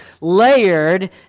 layered